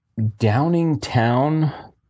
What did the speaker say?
Downingtown